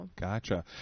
Gotcha